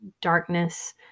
darkness